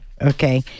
okay